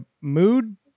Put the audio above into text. mood